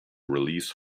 release